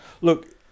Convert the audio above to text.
Look